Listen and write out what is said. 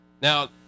Now